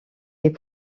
les